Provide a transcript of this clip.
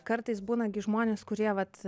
kartais būna gi žmonės kurie vat